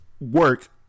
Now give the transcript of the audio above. work